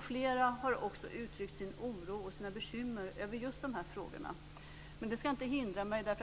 Flera har också uttryckt sin oro och sina bekymmer över just dessa frågor. Det skall inte hindra mig.